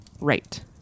right